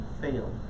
fail